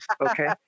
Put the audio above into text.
okay